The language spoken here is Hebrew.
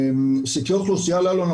סקרי האוכלוסייה האלו,